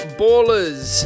ballers